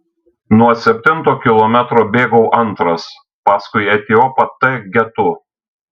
nuo septinto kilometro bėgau antras paskui etiopą t getu